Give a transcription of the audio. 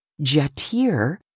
Jatir